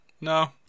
no